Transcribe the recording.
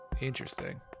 Interesting